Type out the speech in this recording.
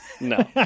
No